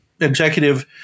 executive